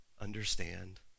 understand